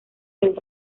del